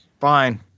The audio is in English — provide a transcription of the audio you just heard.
fine